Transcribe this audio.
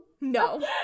No